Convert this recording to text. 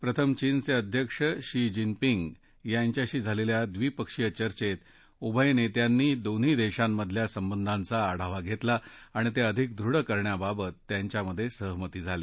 प्रथम चीनच िध्यक्ष शी जीनपिंग यांच्याशी झालेल्या ड्रिपक्षीय चर्चेत उभय नेत्यांनी दोन्ही देशांमधल्या सबंधाचा आढावा घेताल आणि ते आणखी दृढ करण्याबाबत त्यांच्यात सहमती झाली